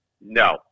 No